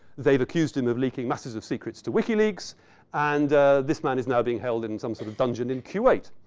they've accused him of leaking massive secrets to wikileaks and this man is now being held in some sort of dungeon in kuwait.